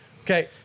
Okay